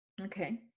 Okay